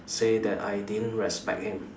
say that I didn't respect him